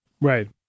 Right